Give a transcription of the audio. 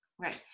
Right